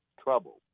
trouble